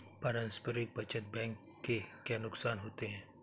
पारस्परिक बचत बैंक के क्या नुकसान होते हैं?